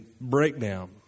breakdown